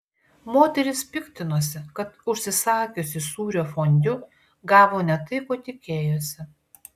moteris piktinosi kad užsisakiusi sūrio fondiu gavo ne tai ko tikėjosi